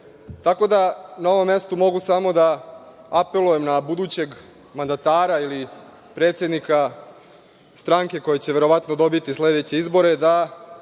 da, na ovom mestu mogu samo da apelujem na budućeg mandatara ili predsednika stranke koji će verovatno, dobiti sledeće izbore, da